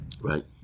right